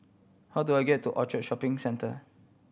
how do I get to Orchard Shopping Centre